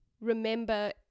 remember